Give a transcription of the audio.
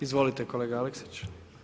Izvolite kolega Aleksić.